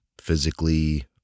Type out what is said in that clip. physically